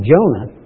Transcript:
Jonah